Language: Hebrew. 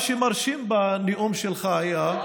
מה שהיה מרשים בנאום שלך, לא,